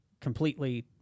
completely